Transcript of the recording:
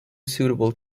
suitable